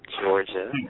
Georgia